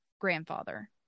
grandfather